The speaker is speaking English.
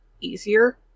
easier